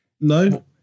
No